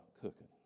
cooking